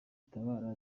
tabara